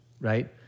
right